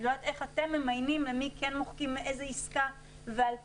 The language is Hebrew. אני לא יודעת איך אתם ממיינים למי כן מוחקים איזה עסקה וכמה,